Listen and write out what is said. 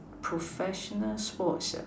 professional sports